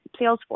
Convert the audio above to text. Salesforce